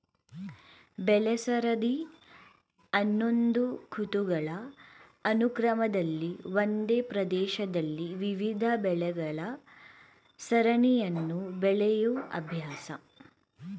ಬೆಳೆಸರದಿ ಅನ್ನೋದು ಋತುಗಳ ಅನುಕ್ರಮದಲ್ಲಿ ಒಂದೇ ಪ್ರದೇಶದಲ್ಲಿ ವಿವಿಧ ಬೆಳೆಗಳ ಸರಣಿಯನ್ನು ಬೆಳೆಯೋ ಅಭ್ಯಾಸ